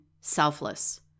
selfless